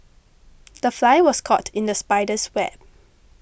the fly was caught in the spider's web